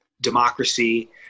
democracy